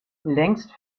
längst